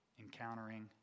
encountering